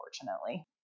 unfortunately